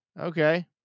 Okay